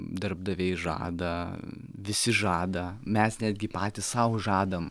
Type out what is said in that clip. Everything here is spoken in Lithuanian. darbdaviai žada visi žada mes netgi patys sau žadam